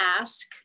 ask